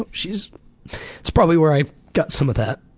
ah she's it's probably where i got some of that.